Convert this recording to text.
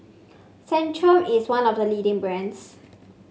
Centrum is one of the leading brands